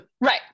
Right